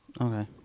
Okay